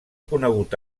conegut